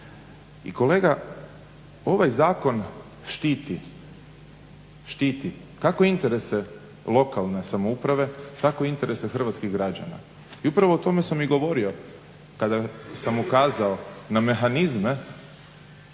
I kolega ovaj zakon štiti, štiti, kako interese lokalne samouprave, tako interese hrvatskih građana. I upravo o tome sam i govorio kada sam ukazao na mehanizme